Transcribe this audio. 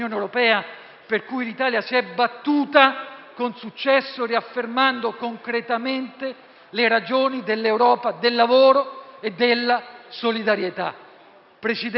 per cui l'Italia si è battuta con successo, riaffermando concretamente le ragioni dell'Europa del lavoro e della solidarietà.